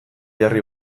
jarri